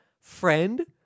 friend